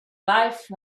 life